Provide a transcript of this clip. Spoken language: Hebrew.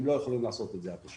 הם לא יוכלו לעשות את זה התושבים.